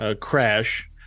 crash